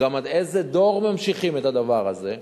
וגם עד איזה דור ממשיכים את הדבר הזה.